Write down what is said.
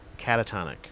catatonic